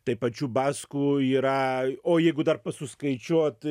tai pačių baskų yra o jeigu dar suskaičiuot